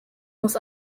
muss